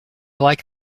like